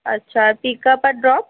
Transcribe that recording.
আচ্ছা আর pick up আর ড্রপ